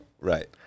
Right